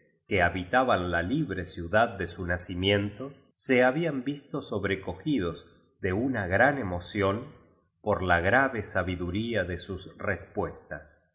que habitaban la libre ciudad de su nacimiento se habían visto sobrecogidos de una gran emo ción por la grave sabiduría de sus respuestas